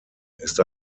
ist